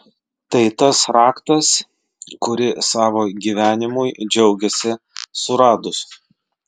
tai tas raktas kurį savo gyvenimui džiaugėsi suradus